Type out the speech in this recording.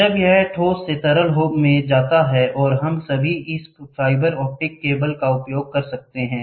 जब यह ठोस से तरल में जाता है और हम सभी इस फाइबर ऑप्टिक केबल का उपयोग कर सकते हैं